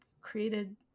created